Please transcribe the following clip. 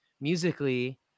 musically